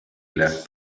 las